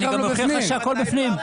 אני אומר לך שהכול בפנים.